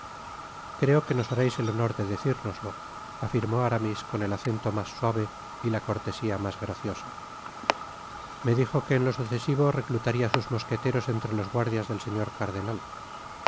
creo que nos hareis el honor de decirnoslo añadió aramia con el acento mas'suave y la cortesia mas graciosa me dijo que en lo sucesivo reclutaria sus mosqueteros entre los guardias del señor cardenal